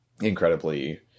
incredibly